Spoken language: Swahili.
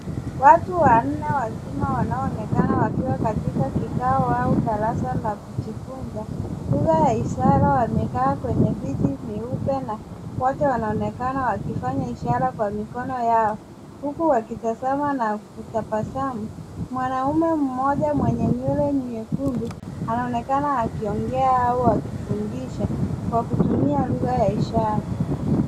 Watu wanne wazima wanaoonekana wakiwa katika kikao au darasa la kujifunza lugha ya ishara; wamekaa kwenye viti nyeupe na wote wanaonekana wakifanya ishara kwa mikono yao huku wakitazama na kutabasamu. Mwanaume mmoja mwenye nywele nyekundu anaonekana akiongea au akifundisha kwa kutumia lugha ya ishara.